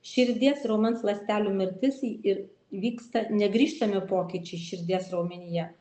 širdies raumens ląstelių mirtis į ir įvyksta negrįžtami pokyčiai širdies raumenyje